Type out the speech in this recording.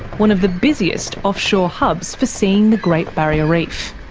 one of the busiest offshore hubs for seeing the great barrier reef.